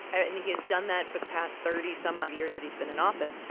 and he has done that for the past thirty some odd years that he's been in office.